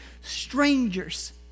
strangers